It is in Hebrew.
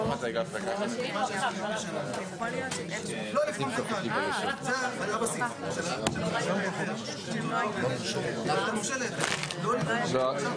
17:37.